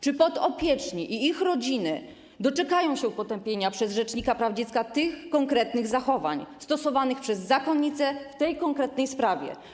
Czy podopieczni i ich rodziny doczekają się potępienia przez rzecznika praw dziecka tych konkretnych zachowań stosowanych przez zakonnice w tej konkretnej sprawie?